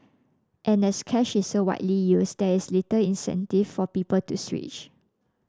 and as cash is so widely used there's little incentive for people to switch